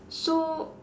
so